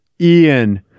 Ian